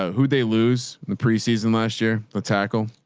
who they lose the preseason last year, the tackle